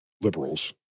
liberals